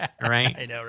right